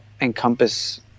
encompass